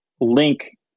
link